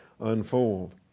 unfold